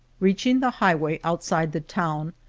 reaching the highway outside the town,